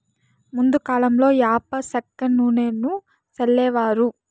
ముందు కాలంలో యాప సెక్క నూనెను సల్లేవారు